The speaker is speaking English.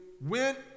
went